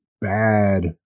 bad